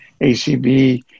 ACB